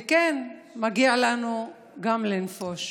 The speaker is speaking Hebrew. וכן, מגיע לנו גם לנפוש.